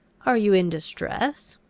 are you in distress?